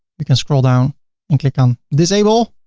we can scroll down and click on disable.